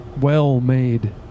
well-made